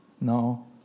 No